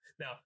now